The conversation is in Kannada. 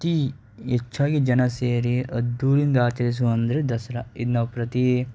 ಅತೀ ಹೆಚ್ಚಾಗಿ ಜನ ಸೇರಿ ಅದ್ಧೂರಿಯಿಂದ ಆಚರಿಸುವುದಂದ್ರೆ ದಸರಾ ಇದು ನಾವು ಪ್ರತಿ